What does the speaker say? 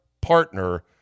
partner